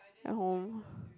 at home